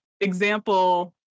example